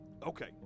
Okay